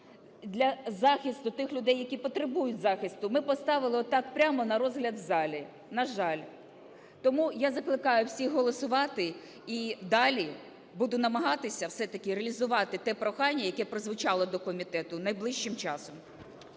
для захисту тих людей, які потребують захисту, ми поставили отак прямо на розгляд в залі, на жаль. Тому я закликаю всіх голосувати і далі буду намагатися, все-таки, реалізувати те прохання, яке прозвучало до комітету, найближчим часом.